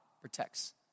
protects